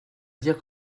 dire